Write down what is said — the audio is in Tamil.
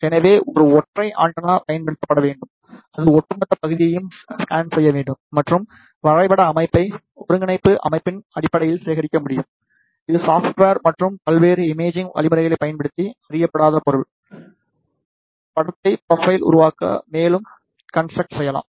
எனவே ஒரு ஒற்றை ஆண்டெனா பயன்படுத்தப்பட வேண்டும் அது ஒட்டுமொத்த பகுதியையும் ஸ்கேன் செய்ய வேண்டும் மற்றும் வரைபட அமைப்பை ஒருங்கிணைப்பு அமைப்பின் அடிப்படையில் சேகரிக்க முடியும் இது சாப்ட்வெர் மற்றும் பல்வேறு இமேஜிங் வழிமுறைகளைப் பயன்படுத்தி அறியப்படாத பொருள் படத்தை ப்ரோபைலை உருவாக்க மேலும் கன்ஸ்ட்ரக்ட் செய்யலாம்